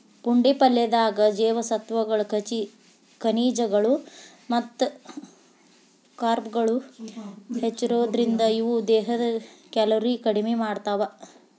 ಪುಂಡಿ ಪಲ್ಲೆದಾಗ ಜೇವಸತ್ವಗಳು, ಖನಿಜಗಳು ಮತ್ತ ಕಾರ್ಬ್ಗಳು ಹೆಚ್ಚಿರೋದ್ರಿಂದ, ಇವು ದೇಹದ ಕ್ಯಾಲೋರಿ ಕಡಿಮಿ ಮಾಡ್ತಾವ